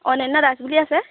অনন্যা দাস বুলি আছে